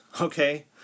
okay